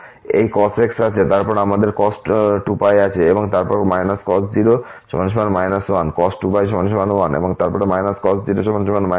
এই cos আছে এবং তারপর আমাদের cos 2π আছে এবং তারপর cos 0 1 cos 2π 1 এবং তারপর cos 0 1